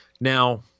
Now